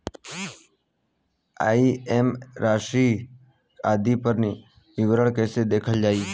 EMI राशि आदि पर विवरण कैसे देखल जाइ?